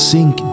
Sink